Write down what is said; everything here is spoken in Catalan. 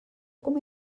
com